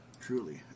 Truly